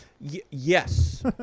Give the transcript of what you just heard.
Yes